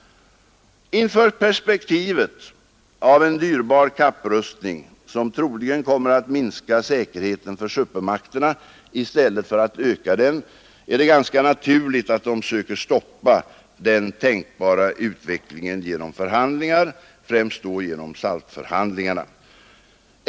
Inför perspektivet av en dyrbar kapprustning, som troligen kommer att minska säkerheten för supermakterna i stället för att öka den, är det ganska naturligt att de försöker stoppa den tänkbara utvecklingen genom förhandlingar, främst då genom SALT-förhandlingarna.